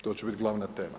To će biti glavna tema.